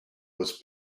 was